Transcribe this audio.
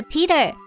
Peter